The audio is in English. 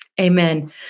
Amen